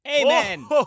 Amen